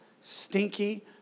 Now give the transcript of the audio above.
stinky